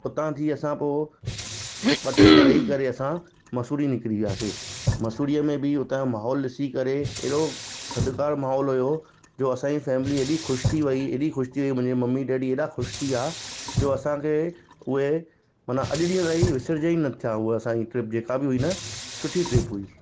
उतां थी असां पोइ ॿ टे ॾींह रही करे असां मंसूरी निकरी वियासीं मंसूरीअ में बि हुतां जो महोल ॾिसी करे ऐॾो थधकार महोल हुयो जो असांजी फ़ैमिली ऐॾी ख़ुशि थी वई ऐॾी ख़ुशि थी वई मुंहिंजा मम्मी डैडी ऐॾा ख़ुशि थी विया जो असां खे उहे मन अॼु ॾींह ताईं विसरजे ई नथा उहा असां जी ट्रिप जेका हुई न सुठी ट्रिप हुई